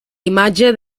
imatge